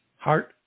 Heart